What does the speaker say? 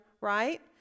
right